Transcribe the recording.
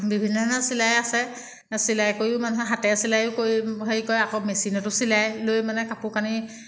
বিভিন্ন ধৰণৰ চিলাই আছে চিলাই কৰিও মানুহে হাতেৰে চিলাই কৰিও হেৰি কৰে আকৌ মেচিনটো চিলাই লৈ মানে কাপোৰ কানি